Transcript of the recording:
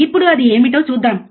ఇప్పుడు అది ఏమిటో చూద్దాం